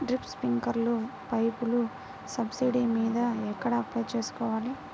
Drip, స్ప్రింకర్లు పైపులు subsidy మీద ఎక్కడ అప్లై చేసుకోవాలి?